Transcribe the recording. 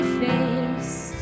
face